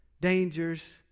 dangers